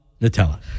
Nutella